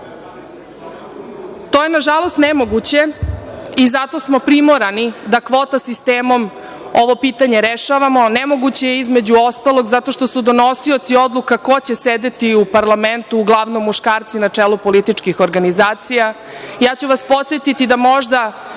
je, nažalost, nemoguće i zato smo primorani da kvota sistemom ovo pitanje rešavamo. Nemoguće je, između ostalog, zato što su donosioci odluka ko će sedeti u parlamentu uglavnom muškarci na čelu političkih organizacija. Ja ću vas podsetiti da možda